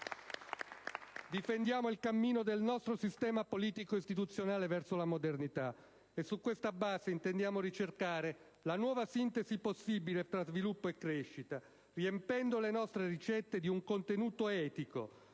difendiamo dunque il cammino del nostro sistema politico istituzionale verso la modernità. E su questa base intendiamo ricercare la nuova sintesi possibile tra stabilità e crescita, riempiendo le nostre ricette di un contenuto etico,